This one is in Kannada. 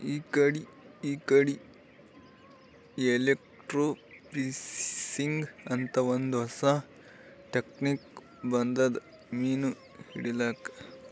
ಇಕಡಿ ಇಕಡಿ ಎಲೆಕ್ರ್ಟೋಫಿಶಿಂಗ್ ಅಂತ್ ಒಂದ್ ಹೊಸಾ ಟೆಕ್ನಿಕ್ ಬಂದದ್ ಮೀನ್ ಹಿಡ್ಲಿಕ್ಕ್